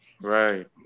Right